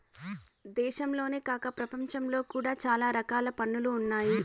దేశంలోనే కాక ప్రపంచంలో కూడా చాలా రకాల పన్నులు ఉన్నాయి